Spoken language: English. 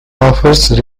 offers